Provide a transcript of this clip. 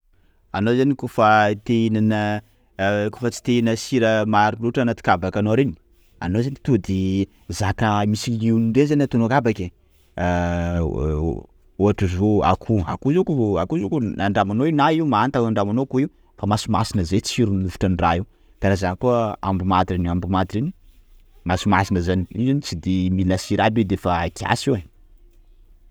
Anao zany koafa te ihinana, koafa tsy te ihinana sira maro loatra anaty kabaka anao reny, anao zany tonga de zaka misy liony reny zany ataonao kabaka ai, ohatra zio akoho, akoho zio akoho zio koa andramanao io na io manta andramana akoho io fa masimasina zay tsirony nofotra ny raha io, karaha zany koa aomby maty, aomby maty reny masimasina zany, io zany tsy de mila sira aby io de efa kiasy io ai.